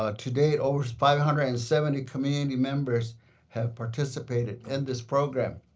ah to date, over five hundred and seventy community members have participated in this program.